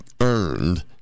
earned